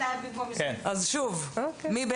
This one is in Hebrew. אתה במקום --- הצבעה ההצעה אושרה.